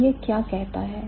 तो यह क्या कहता है